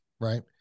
right